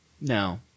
no